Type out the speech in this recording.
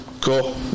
cool